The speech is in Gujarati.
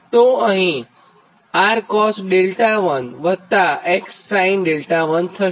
તો અહીં 𝑅cos𝛿1 વત્તા 𝑋sin𝛿1 થશે